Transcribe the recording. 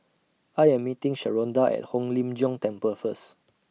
I Am meeting Sharonda At Hong Lim Jiong Temple First